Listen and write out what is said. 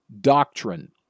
doctrine